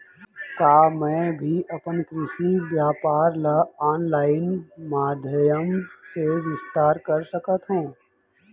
का मैं भी अपन कृषि व्यापार ल ऑनलाइन माधयम से विस्तार कर सकत हो?